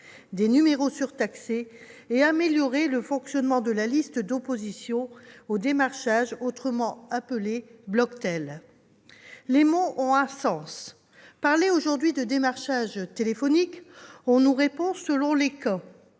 des numéros surtaxés et à améliorer le fonctionnement de la liste d'opposition au démarchage, dite Bloctel. Les mots ont un sens. Parlez aujourd'hui de démarchage téléphonique et on vous répondra, selon les cas